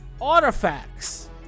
artifacts